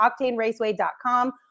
OctaneRaceway.com